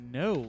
no